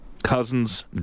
Cousins